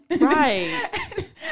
right